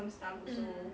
mm